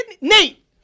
Nate